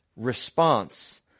Response